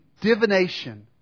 divination